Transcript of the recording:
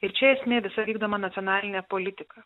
ir čia esmė visa vykdoma nacionalinė politika